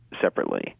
separately